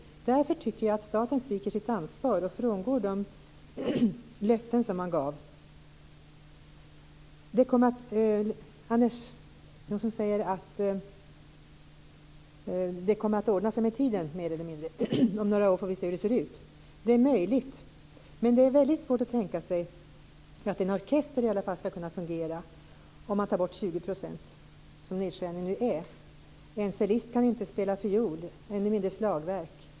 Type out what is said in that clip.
Därför tycker jag att staten sviker sitt ansvar och frångår de löften som man gav. Anders Nilsson säger att det mer eller mindre kommer att ordna sig med tiden. Om några år får vi se hur det ser ut. Det är möjligt. Men det är väldigt svårt att tänka sig att en orkester i alla fall skall kunna fungera om man tar bort 20 % som nedskärningen nu är. En cellist kan inte spela fiol, än mindre slagverk.